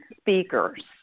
speakers